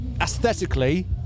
Aesthetically